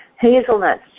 Hazelnuts